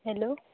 hello